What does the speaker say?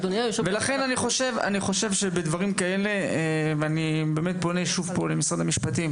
לכן אני חושב שבדברים כאלה ואני באמת פונה פה שוב למשרד המשפטים